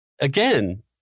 again